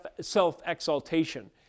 self-exaltation